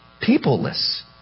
peopleless